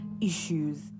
issues